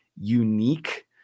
unique